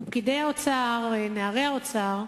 פקידי האוצר, נערי האוצר,